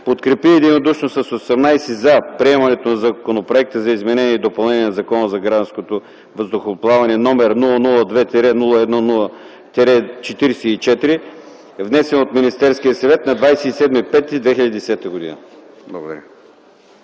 подкрепи единодушно с 18 гласа „за” приемането на Законопроект за изменение и допълнение на Закона за гражданското въздухоплаване № 002-01-44, внесен от Министерския съвет на 27 май 2010 г.”